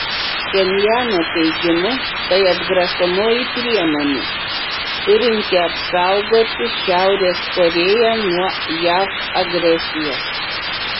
pchenjano teigimu tai atgrasomoji priemonė turinti apsaugoti šiaurės korėją nuo jav agresijos